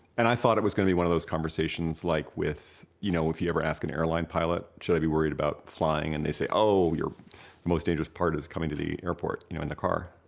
and i thought it was gonna be one of those conversations, like, with, you know, if you ever ask an airline pilot, should i be worried about flying? and they say, oh, the most dangerous part is coming to the airport, you know, in the car.